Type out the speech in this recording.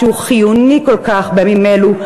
שהוא חיוני כל כך בימים אלו,